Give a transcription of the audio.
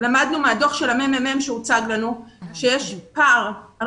מהדוח של מרכז המחקר והמידע שהוצג לנו למדנו שיש פער על